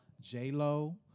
J-Lo